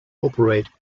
operate